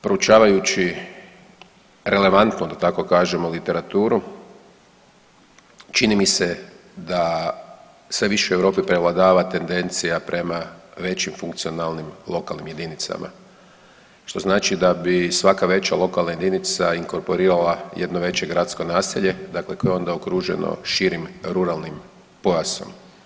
Proučavajući relevantno da tako kažemo literaturu čini mi se da sve više u Europi prevladava tendencija prema većim funkcionalnim lokalnim jedinicama što znači da bi svaka veća lokalna jedinica inkorporirala jedno veće gradsko naselje, dakle koje je onda okruženo širim ruralnim pojasom.